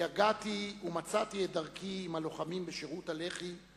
יגעתי ומצאתי את דרכי עם הלוחמים בשירות הלח"י,